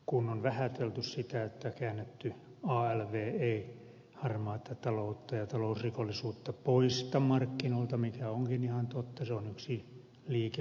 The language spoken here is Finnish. on vähätelty sitä että käännetty alv ei harmaata taloutta ja talousrikollisuutta poista markkinoilta mikä onkin ihan totta mutta se on yksi liike oikeaan suuntaan